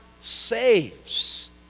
saves